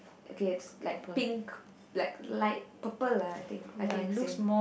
okay it's like pink like light purple lah I think I think same